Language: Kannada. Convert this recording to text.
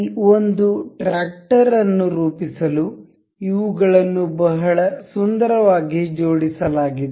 ಈ ಒಂದು ಟ್ರಾಕ್ಟರ್ ಅನ್ನು ರೂಪಿಸಲು ಇವುಗಳನ್ನು ಬಹಳ ಸುಂದರವಾಗಿ ಜೋಡಿಸಲಾಗಿದೆ